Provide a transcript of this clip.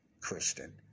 Christian